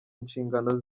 inshingano